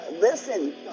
Listen